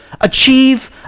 achieve